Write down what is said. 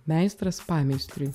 meistras pameistriui